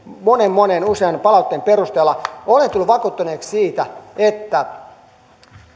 monen monen usean palautteen perusteella olen tullut vakuuttuneeksi siitä että